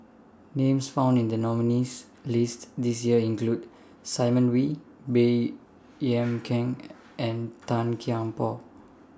Names found in The nominees' list This Year include Simon Wee Baey Yam Keng and Tan Kian Por